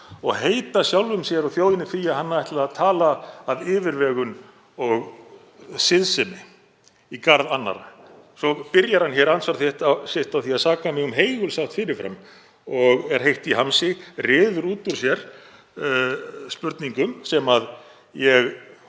og heita sjálfum sér og þjóðinni því að hann ætlaði að tala af yfirvegun og siðsemi í garð annarra. Svo byrjar hann andsvar sitt á því að saka mig um heigulshátt fyrir fram, er heitt í hamsi og ryður út úr sér spurningum. Ég, að